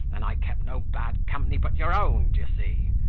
and i kept no bad company but your own, d'ye see.